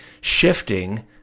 shifting